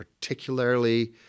particularly